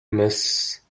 mrs